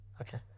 Okay